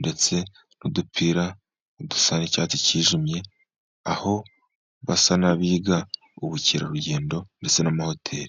ndetse n'udupira dusa icyatsi cyijimye, aho basa n'abiga ubukerarugendo ndetse n'amahoteri.